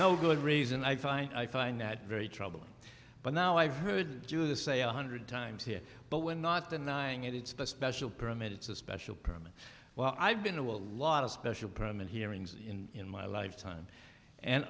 no good reason i find i find that very troubling but now i've heard do the say a hundred times here but we're not denying it it's a special permit it's a special permit well i've been to a lot of special permit hearings in my lifetime and